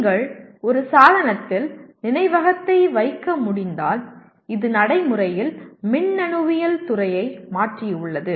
நீங்கள் ஒரு சாதனத்தில் நினைவகத்தை வைக்க முடிந்தால் இது நடைமுறையில் மின்னணுவியல் துறையை மாற்றியுள்ளது